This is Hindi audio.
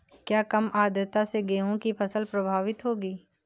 क्या कम आर्द्रता से गेहूँ की फसल प्रभावित होगी?